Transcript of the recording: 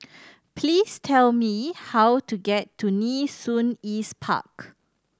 please tell me how to get to Nee Soon East Park